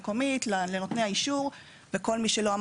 כן, מה שכבר